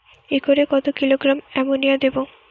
একরে কত kilogram ammonia দেবো?